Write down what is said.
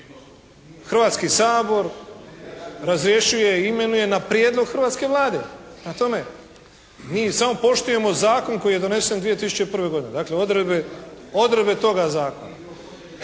Hrvatski sabor razrješuje i imenuje na prijedlog hrvatske Vlade. Prema tome mi samo poštujemo zakon koji je donesen 2001. godine, dakle odredbe toga zakona.